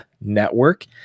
network